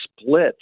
split